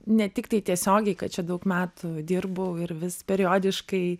ne tiktai tiesiogiai kad čia daug metų dirbau ir vis periodiškai